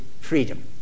freedom